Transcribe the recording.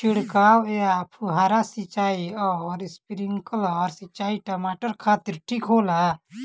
छिड़काव या फुहारा सिंचाई आउर स्प्रिंकलर सिंचाई टमाटर खातिर ठीक होला?